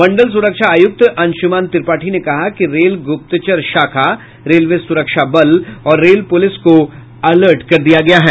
मंडल सुरक्षा आयुक्त अंशुमान त्रिपाठी ने कहा कि रेल गुप्तचर शाखा रेलवे सुरक्षा बल और रेल पुलिस को अलर्ट कर दिया गया है